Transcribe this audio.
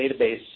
database